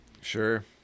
Sure